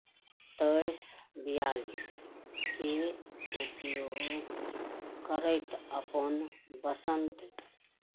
तेइस बियालिसकेँ उपयोग करैत अपन बसन्त